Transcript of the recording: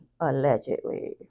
Allegedly